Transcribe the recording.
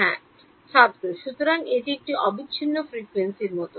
হ্যাঁ ছাত্র সুতরাং এটি একটি অবিচ্ছিন্ন ফ্রিকোয়েন্সি এর মতো